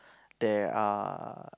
there are